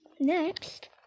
next